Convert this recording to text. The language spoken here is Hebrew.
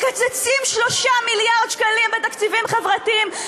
מקצצים 3 מיליארד שקלים בתקציבים חברתיים,